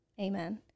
Amen